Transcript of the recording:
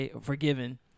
forgiven